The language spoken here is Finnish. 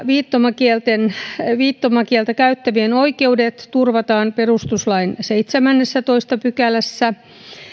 viittomakieltä viittomakieltä käyttävien oikeudet turvataan perustuslain seitsemännessätoista pykälässä